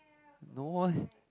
no eh